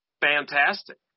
fantastic